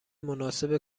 مناسب